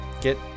get